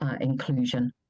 inclusion